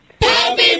Happy